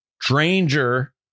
stranger